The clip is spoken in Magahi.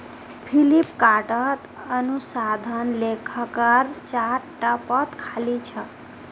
फ्लिपकार्टत अनुसंधान लेखाकारेर चार टा पद खाली छ